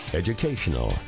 educational